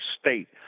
State